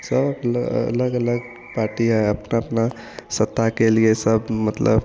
सब अपना अलग अलग पार्टियाँ अपना अपना सत्ता के लिए सब मतलब